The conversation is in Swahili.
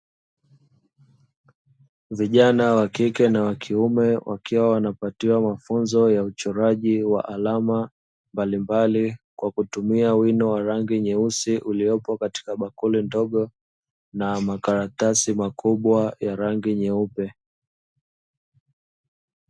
Vijana wa kike na wa kuime wakiwa wanapatiwa mafunzo ya uchoraji wa alama mbalimbali, kwa kutumia wino wa rangi nyeusi ulipo katika bakuli ndogo na makaratasi makubwa ya rangi nyeupe.